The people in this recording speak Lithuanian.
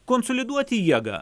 konsoliduoti jėgą